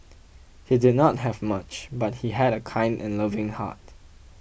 he did not have much but he had a kind and loving heart